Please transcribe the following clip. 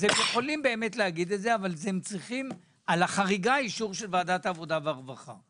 אז הם יכולים לומר זאת אבל על החריגה צריכים אישור ועדת העבודה והרווחה.